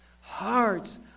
Hearts